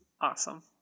awesome